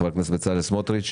חבר הכנסת בצלאל סמוטריץ'.